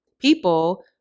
people